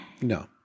No